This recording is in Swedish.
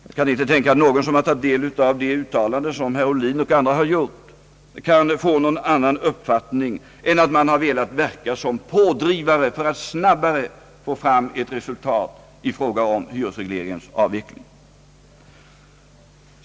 Jag kan inte tänka mig att någon som tagit del av de uttalanden som herr Ohlin och andra har gjort kan få någon annan uppfattning än att man har velat verka som pådrivare för att snabbare få ett resultat i frågan om hyresregleringens avveckling.